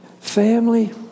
Family